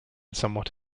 somewhat